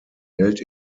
hält